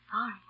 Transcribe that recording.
sorry